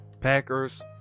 Packers